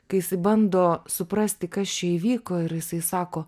kai jisai bando suprasti kas čia įvyko ir jisai sako